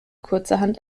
kurzerhand